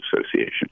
Association